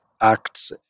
acts